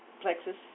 plexus